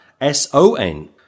S-O-N